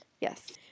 Yes